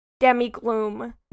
demigloom